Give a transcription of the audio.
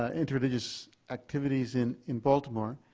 ah interreligious activities in in baltimore.